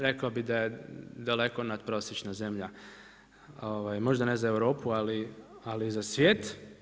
Rekao bih da je daleko nadprosječna zemlja, možda ne za Europu ali za svijet.